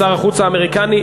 שר החוץ האמריקני,